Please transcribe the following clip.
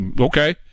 Okay